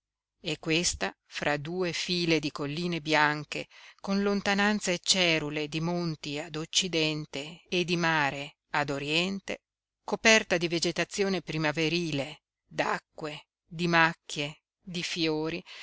e questa fra due file di colline bianche con lontananze cerule di monti ad occidente e di mare ad oriente coperta di vegetazione primaverile d'acque di macchie di fiori